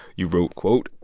you wrote, quote,